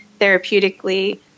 therapeutically